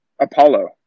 Apollo